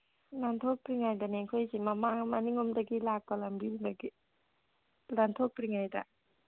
ꯂꯥꯟꯊꯣꯛꯇ꯭ꯔꯤꯉꯩꯗꯅꯤ ꯑꯩꯈꯣꯏꯁꯤ ꯃꯃꯥꯡ ꯃꯅꯤꯡꯂꯣꯝꯗꯒꯤ ꯂꯥꯛꯄ ꯂꯝꯕꯤꯗꯨꯗꯒꯤ ꯂꯥꯟꯊꯣꯛꯇ꯭ꯔꯤꯉꯩꯗ